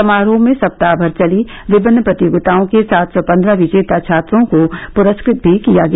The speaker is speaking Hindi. समारोह में सप्ताह भर चली विभिन्न प्रतियोगिताओं के सात सौ पंद्रह विजेता छात्रों को पुरस्कृत भी किया गया